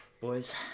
Boys